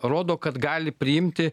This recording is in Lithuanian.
rodo kad gali priimti